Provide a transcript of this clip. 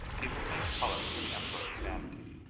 gave a faint color to the emperor's vanity.